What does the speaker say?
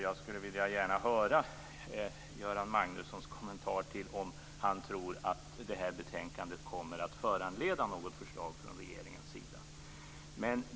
Jag skulle gärna vilja höra Göran Magnussons kommentar till om han tror att betänkandet kommer att föranleda något förslag från regeringens sida.